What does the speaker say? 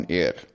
air